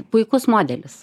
puikus modelis